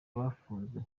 bafunzwe